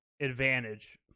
advantage